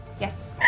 Yes